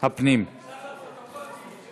הפנים והגנת הסביבה נתקבלה.